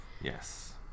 Yes